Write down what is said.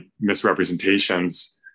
misrepresentations